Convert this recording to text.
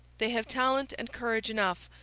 they have talent and courage enough,